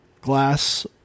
glass